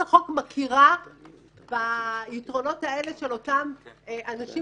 החוק מכירה ביתרונות האלה של אותם אנשים